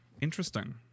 interesting